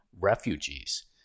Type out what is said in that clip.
refugees